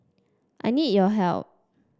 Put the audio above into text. I need your help